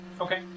Okay